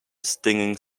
stinging